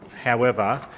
however,